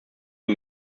die